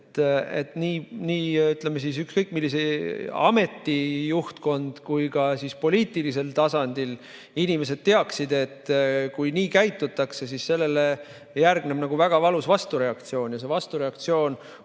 et nii ükskõik millise ameti juhtkond kui ka poliitilisel tasandil inimesed teaksid, et kui nii käitutakse, siis sellele järgneb väga valus vastureaktsioon, ja see vastureaktsioon